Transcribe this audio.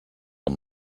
amb